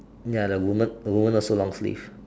ya the woman the woman also long sleeve